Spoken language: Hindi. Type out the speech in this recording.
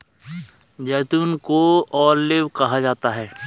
जैतून को ऑलिव कहा जाता है